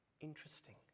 interesting